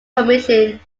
commission